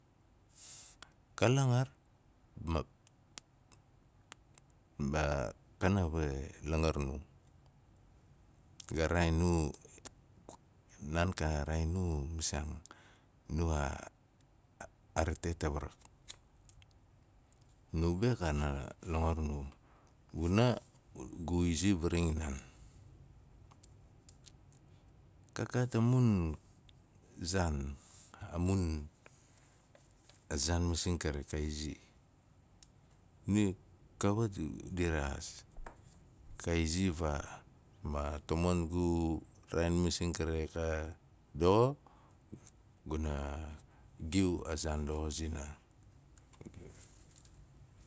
ka langar ma ma a- kana we langar nu. Ka raaen nu, naan ka raaen nu misiaang nu a rate tawarak nu be kana longor na, vuna gu izi varing naan ka gaat a mun, a zaan, a mun, a zaan masing kari ka izi ni- kawat di rexaas, ka izi vaa, maa tomon gu raaen masing kari du ka doxo guna giu a zaan doxo zina